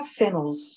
fennels